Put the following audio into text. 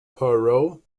poirot